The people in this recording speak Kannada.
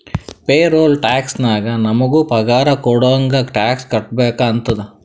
ಪೇರೋಲ್ ಟ್ಯಾಕ್ಸ್ ನಾಗ್ ನಮುಗ ಪಗಾರ ಕೊಡಾಗ್ ಟ್ಯಾಕ್ಸ್ ಕಟ್ಬೇಕ ಆತ್ತುದ